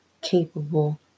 capable